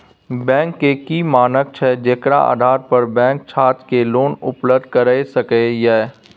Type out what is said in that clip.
Bank के की मानक छै जेकर आधार पर बैंक छात्र के लोन उपलब्ध करय सके ये?